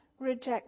reject